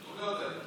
שישמעו, לא,